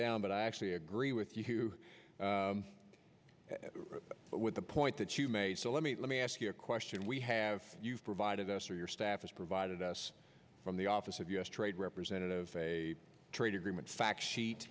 down but i actually agree with you with the point that you made so let me let me ask you a question we have you provided us or your staff has provided us from the office of u s trade representative a trade agreement fact sheet